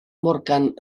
morgan